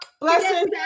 blessings